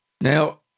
Now